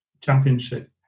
championship